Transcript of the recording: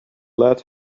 lead